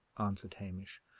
answered hamish.